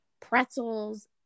pretzels